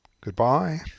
Goodbye